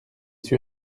sûr